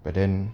but then